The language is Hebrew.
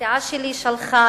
הסיעה שלי שלחה,